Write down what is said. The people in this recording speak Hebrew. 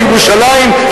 בירושלים,